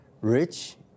rich